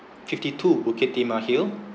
fifty two bukit timah hill